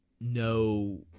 no